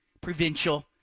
provincial